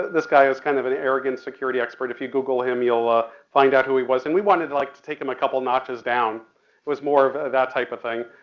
this guy is kind of an arrogant security expert, if you google him you'll ah find out who he was and we wanted to like to take him a couple notches down, it was more of that type of thing.